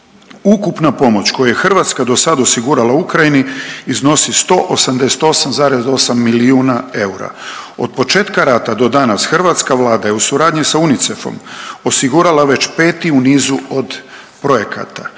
Ukupna pomoć koju je Hrvatska do sad osigurala Ukrajini iznosi 188,8 milijuna eura. Od početka rata do danas hrvatska Vlada je u suradnji sa UNICEF-om osigurala već 5. u nizu od projekata.